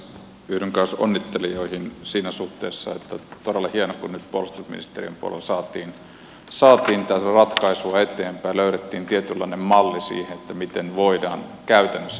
yhdyn kanssa onnittelijoihin siinä suhteessa että on todella hienoa kun nyt puolustusministeriön puolella saatiin tätä ratkaisua eteenpäin löydettiin tietynlainen malli siihen miten voidaan käytännössä ruveta ratkaisemaan